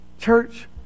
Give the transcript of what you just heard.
Church